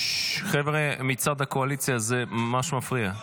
חבר'ה מצד הקואליציה, זה ממש מפריע.